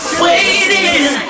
waiting